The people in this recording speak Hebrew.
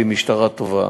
והיא משטרה טובה.